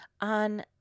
On